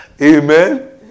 Amen